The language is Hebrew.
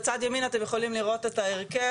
בצד ימין אתם יכולים לראות את ההרכב.